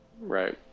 right